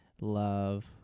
love